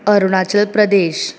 Arunachal Pradesh